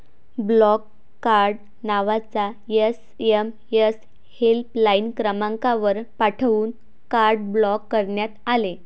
block card नावाचा SMS helpline क्रमांकावर पाठवून कार्ड ब्लॉक करण्यात आले